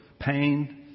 pain